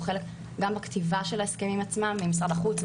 חלק גם בכתיבה של ההסכמים עצמם ממשרד החוץ,